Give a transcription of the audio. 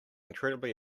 incredibly